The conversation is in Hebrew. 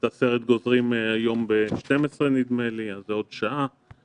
נדמה לי שהיום בשעה 12:00 גוזרים את הסרט.